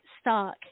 stock